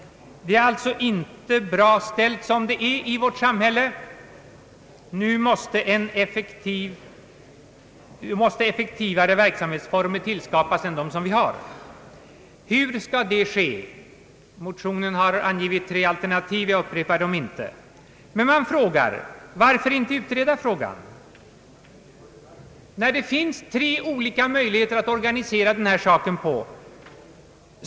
Det är alltså inte bra ställt i vårt samhälle, nu måste effektivare verksamhetsformer skapas. Hur skall det ske? Motionen har angivit tre alternativ; jag upprepar dem inte. Men man undrar: Varför inte utreda frågan? Det finns tre möjligheter att organisera den här saken på.